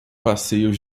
passeios